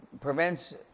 prevents